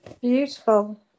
Beautiful